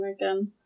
again